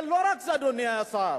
אבל לא רק זה, אדוני השר.